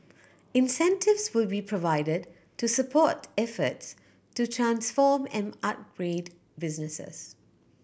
incentives will be provided to support efforts to transform and upgrade businesses